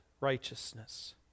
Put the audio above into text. righteousness